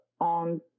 on